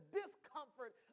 discomfort